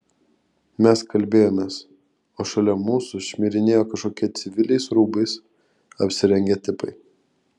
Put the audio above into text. mes kalbėjomės o šalia mūsų šmirinėjo kažkokie civiliais rūbais apsirengę tipai